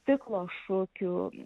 stiklo šukių